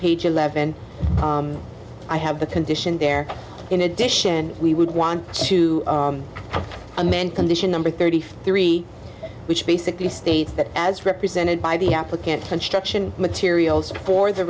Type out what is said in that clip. page eleven i have the condition there in addition we would want to amend condition number thirty three which basically states that as represented by the applicant construction materials for the